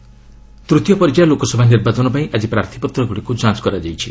ପୋଲ roundup ତ୍ତୀୟ ପର୍ଯ୍ୟାୟ ଲୋକସଭା ନିର୍ବାଚନ ପାଇଁ ଆଜି ପ୍ରାର୍ଥୀପତ୍ରଗୁଡ଼ିକୁ ଯାଞ୍ଚ କରାଯାଇଛି